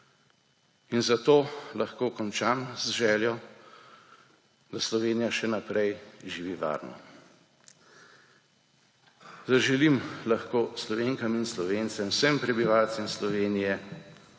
In zato lahko končam z željo, da Slovenija še naprej živi varno. Zaželim lahko Slovenkam in Slovencem, vsem prebivalcem Slovenije,